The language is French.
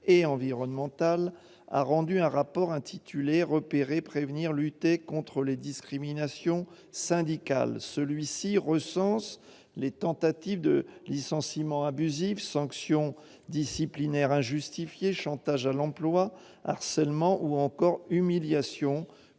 et environnemental a rendu un rapport intitulé « Repérer, prévenir, lutter contre les discriminations syndicales ». Y sont recensés les tentatives de licenciement abusif, les sanctions disciplinaires injustifiées, les chantages à l'emploi, les harcèlements ou encore les humiliations que